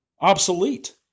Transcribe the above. obsolete